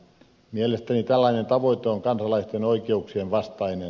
mielestäni tällainen tavoite on kansalaisten oikeuksien vastainen